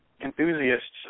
enthusiasts